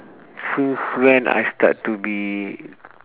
since when I start to be